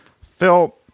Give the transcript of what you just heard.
Phil